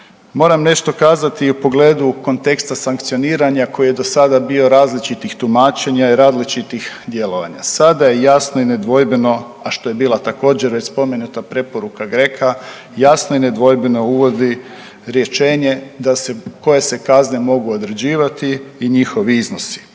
Moram nešto kazati u pogledu konteksta sankcioniranja koji je do sada bio različitih tumačenja i različitih djelovanja. Sada je jasno i nedvojbeno, a što je bila također već spomenuta preporuka GRECO-a jasno i nedvojbeno uvodi rješenje koje se kazne mogu određivati i njihovi iznosi.